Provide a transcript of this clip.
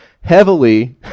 heavily